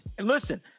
Listen